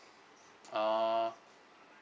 uh